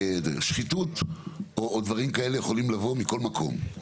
שחיתות או דברים כאלה יכולים לבוא מכל מקום,